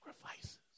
sacrifices